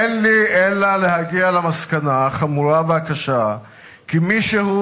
אין לי אלא להגיע למסקנה החמורה והקשה שמישהו